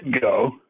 go